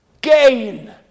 gain